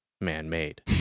man-made